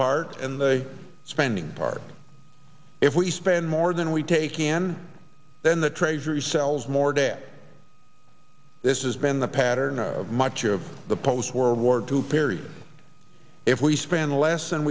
part and the spending part if we spend more than we take in then the treasury sells more debt this is been the pattern of much of the post world war two period if we spend less than